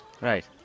Right